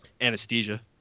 Anesthesia